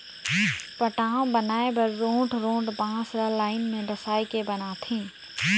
पटांव बनाए बर रोंठ रोंठ बांस ल लाइन में डसाए के बनाथे